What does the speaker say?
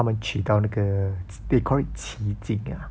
他们去到那个 they call it 起敬 ah